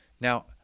Now